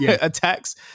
Attacks